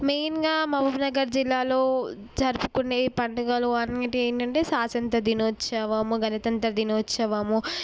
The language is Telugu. మెయిన్గా మహబూబ్నగర్ జిల్లాలో జరుపుకునే పండుగలు అన్నిటి ఏంటంటే స్వాతంత్ర దినోత్సవము గణతంత్ర దినోత్సవము